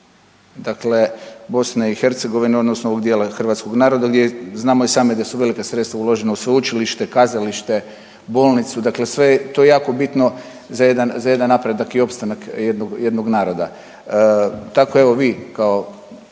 dakle BiH odnosno u dijelove hrvatskog naroda gdje znamo i sami da su velika sredstva uložena u sveučilište, kazalište, bolnicu dakle sve je to jako bitno za jedan, za jedan napredak i opstanak jednog, jednog naroda. Tako evo vi kao